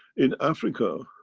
in africa,